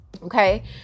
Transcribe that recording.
Okay